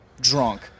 drunk